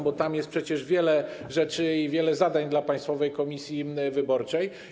Bo tam jest przecież wiele rzeczy i wiele zadań dla Państwowej Komisji Wyborczej.